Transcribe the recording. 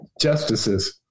justices